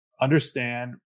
understand